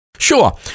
Sure